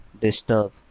disturb